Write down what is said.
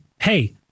hey